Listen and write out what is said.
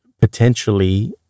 potentially